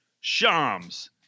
Shams